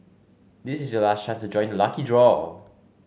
this is your last chance to join the lucky draw